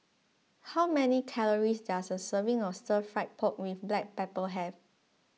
how many calories does a serving of Stir Fry Pork with Black Pepper have